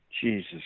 Jesus